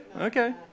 okay